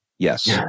Yes